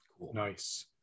nice